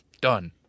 Done